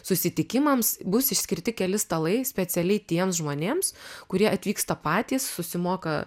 susitikimams bus išskirti keli stalai specialiai tiems žmonėms kurie atvyksta patys susimoka